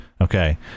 okay